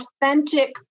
authentic